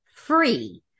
Free